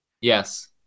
Yes